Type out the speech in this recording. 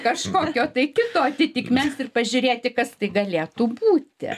kažkokio tai kito atitikmens ir pažiūrėti kas tai galėtų būti